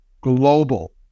Global